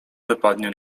wypadnie